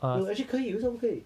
no actually 可以为什么不可以